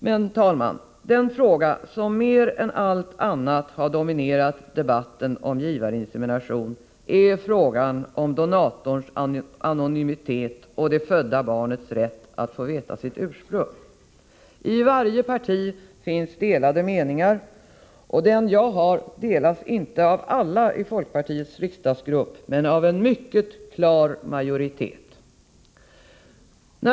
Herr talman! Den fråga som mer än allt annat dominerat debatten om givarinsemination är frågan om donatorns anonymitet och det födda barnets rätt att få veta sitt ursprung. I varje parti finns delade meningar, och den jag har omfattas inte av alla i folkpartiets riksdagsgrupp men av en mycket klar majoritet.